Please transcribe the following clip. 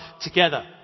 together